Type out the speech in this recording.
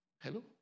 Hello